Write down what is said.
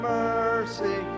mercy